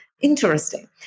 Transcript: interesting